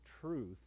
truth